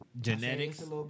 genetics